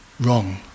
wrong